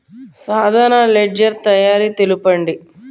సాధారణ లెడ్జెర్ తయారి తెలుపండి?